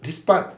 this part